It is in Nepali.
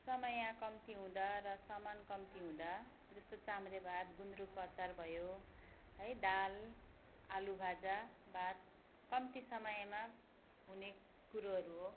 समय कम्ती हुँदा र सामान कम्ती हुँदा जस्तो चाम्रे भात गुन्द्रुकको अचार भयो है दाल आलु भाजा भात कम्ती समयमा हुने कुरोहरू हो